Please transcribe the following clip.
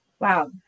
Wow